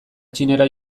txinera